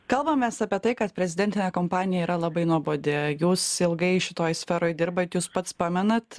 kalbamės apie tai kad prezidentinė kampanija yra labai nuobodi jūs ilgai šitoj sferoj dirbat jūs pats pamenat